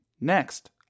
Next